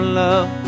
love